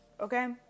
okay